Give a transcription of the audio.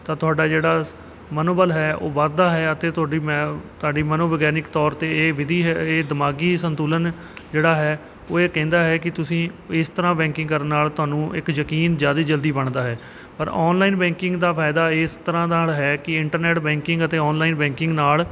ਤਾਂ ਤੁਹਾਡਾ ਜਿਹੜਾ ਮਨੋਬਲ ਹੈ ਉਹ ਵੱਧਦਾ ਹੈ ਅਤੇ ਤੁਹਾਡੀ ਮੈਂ ਤੁਹਾਡੀ ਮਨੋਵਿਗਿਆਨਿਕ ਤੌਰ 'ਤੇ ਇਹ ਵਿਧੀ ਹੈ ਇਹ ਦਿਮਾਗੀ ਸੰਤੁਲਨ ਜਿਹੜਾ ਹੈ ਉਹ ਇਹ ਕਹਿੰਦਾ ਹੈ ਕਿ ਤੁਸੀਂ ਇਸ ਤਰ੍ਹਾਂ ਬੈਂਕਿੰਗ ਕਰਨ ਨਾਲ ਤੁਹਾਨੂੰ ਇੱਕ ਯਕੀਨ ਜ਼ਿਆਦਾ ਜਲਦੀ ਬਣਦਾ ਹੈ ਪਰ ਆਨਲਾਈਨ ਬੈਂਕਿੰਗ ਦਾ ਫ਼ਾਇਦਾ ਇਸ ਤਰ੍ਹਾਂ ਨਾਲ ਹੈ ਕਿ ਇੰਟਰਨੈਟ ਬੈਂਕਿੰਗ ਅਤੇ ਆਨਲਾਈਨ ਬੈਂਕਿੰਗ ਨਾਲ